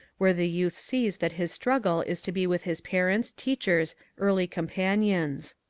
where the youth sees that his struggle is to be with his parents, teachers, early companions.